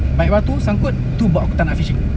baik batu sangkut tu buat aku tak nak fishing